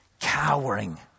cowering